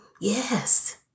Yes